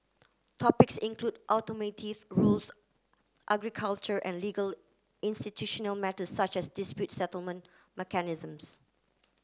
topics include automotive rules agriculture and legal institutional matter such as dispute settlement mechanisms